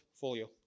Folio